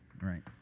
Right